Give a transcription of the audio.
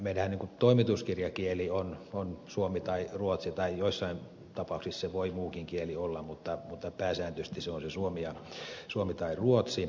meidän toimituskirjakielemme on suomi tai ruotsi tai joissain tapauksissa se voi muukin kieli olla mutta pääsääntöisesti se on suomi tai ruotsi